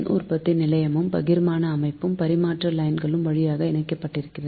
மின்உற்பத்தி நிலையமும் பகிர்மான அமைப்பும் பரிமாற்ற லைன்ஸ் வழியாக இணைக்கப்பட்டிருக்கும்